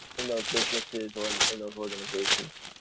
in those businesses, or and in those organizations.